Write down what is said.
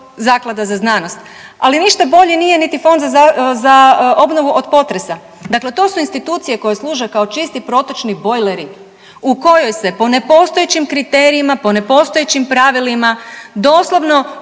Zaklada za znanost, ali ništa bolji nije niti Fond za obnovu od potresa. Dakle to su institucije koje služe kao čisti protočni bojleri u kojoj je po nepostojećim kriterijima, po nepostojećim pravilima doslovno